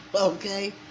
okay